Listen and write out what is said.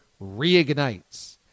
reignites